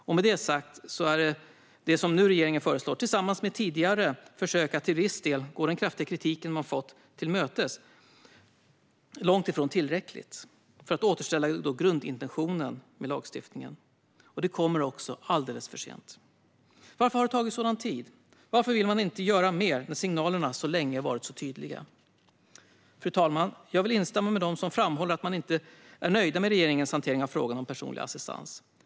Och med det sagt är det som regeringen nu föreslår, tillsammans med tidigare försök att till viss del gå den kraftiga kritiken till mötes, långt ifrån tillräckligt för att återställa grundintentionen med lagstiftningen. Förslaget kommer också alldeles för sent. Varför har det tagit så lång tid? Varför vill man inte göra mer när signalerna länge varit så tydliga? Fru talman! Jag vill instämma med dem som framhåller att de inte är nöjda med regeringens hantering av frågan om personlig assistans.